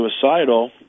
suicidal